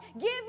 Give